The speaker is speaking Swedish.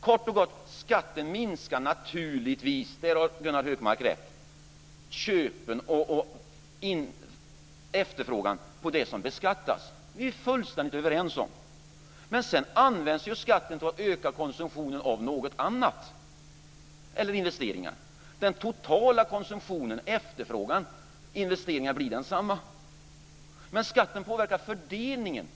Kort och gott: Gunnar Hökmark har naturligtvis rätt i att skatten minskar efterfrågan på det som beskattas. Det är vi fullständigt överens om, men sedan används skatten till att öka konsumtionen av något annat eller till investeringar. Summan av den totala konsumtionen, efterfrågan och investeringarna blir densamma, men skatten påverkar fördelningen.